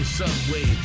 Subway